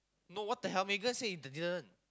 no what the hell Megan said they didn't